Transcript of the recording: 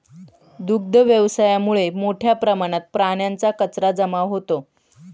दुग्ध व्यवसायामुळे मोठ्या प्रमाणात प्राण्यांचा कचरा जमा होतो